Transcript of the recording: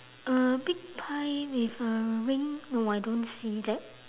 a big pie with a ring no I don't see that